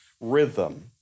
rhythm